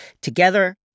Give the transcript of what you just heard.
together